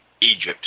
Egypt